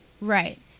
Right